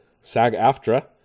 SAG-AFTRA